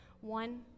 One